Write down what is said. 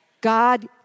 God